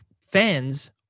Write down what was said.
fans